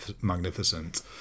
magnificent